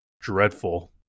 dreadful